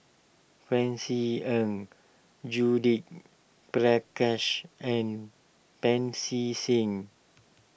Francis Ng Judith Prakash and Pancy Seng